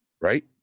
right